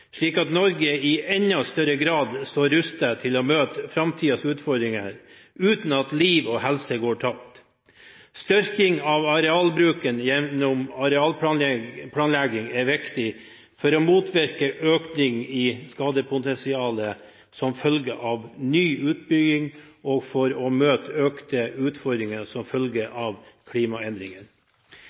slik at Norge i enda større grad står rustet til å møte framtidens utfordringer uten at liv og helse går tapt. Styrking av arealbruken gjennom arealplanlegging er viktig for å motvirke økning i skadepotensialet som følge av ny utbygging og for å møte økte utfordringer som følge av